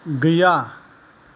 गैया